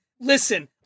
listen